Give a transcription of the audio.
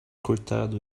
cortado